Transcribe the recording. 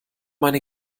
meine